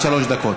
עד שלוש דקות.